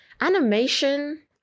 animation